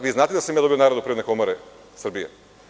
Vi znate da sam ja dobio nagradu Privredne komore Srbije.